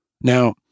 Now